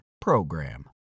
PROGRAM